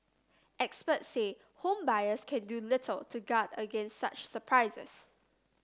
experts say home buyers can do little to guard against such surprises